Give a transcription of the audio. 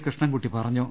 കൃഷ്ണൻകുട്ടി പറഞ്ഞു